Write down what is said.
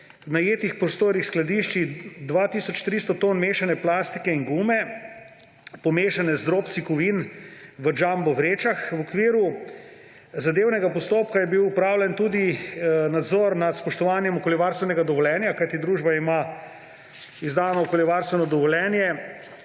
v najetih prostorih skladišči 2 tisoč 300 ton mešane plastike in gume, pomešane z drobci kovin v jumbo vrečah. V okviru zadevnega postopka je bil opravljen tudi nadzor nad spoštovanjem okoljevarstvenega dovoljenja, kajti družba ima izdano okoljevarstveno dovoljenje